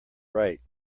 right